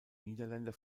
niederländer